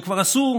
הם כבר עשו,